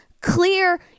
clear